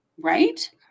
right